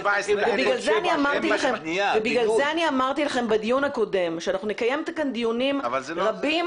ולכן אמרתי לכם בדיון הקודם שאנחנו נקיים כאן דיונים רבים